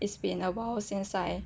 it's been awhile since I